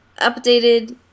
updated